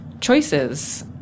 choices